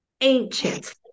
ancient